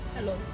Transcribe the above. Hello